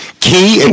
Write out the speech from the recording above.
Key